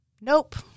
Nope